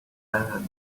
earlier